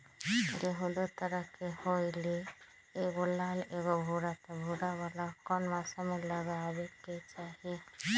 गेंहू दो तरह के होअ ली एगो लाल एगो भूरा त भूरा वाला कौन मौसम मे लगाबे के चाहि?